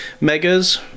Megas